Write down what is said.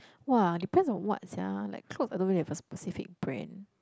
!wah! depends on what sia like clothes I don't really have a specific brand